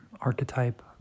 archetype